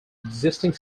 existing